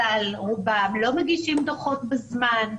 רובם לא מגישים לא מגישים דוחות בזמן.